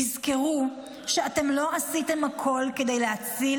תזכרו שאתם לא עשיתם הכול כדי להציל